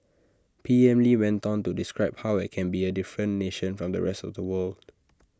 P M lee went on to describe how IT can be A different nation from the rest of the world